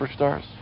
superstars